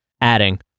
adding